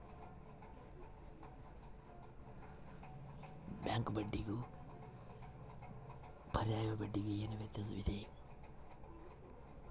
Bank ಬಡ್ಡಿಗೂ ಪರ್ಯಾಯ ಬಡ್ಡಿಗೆ ಏನು ವ್ಯತ್ಯಾಸವಿದೆ?